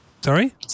Sorry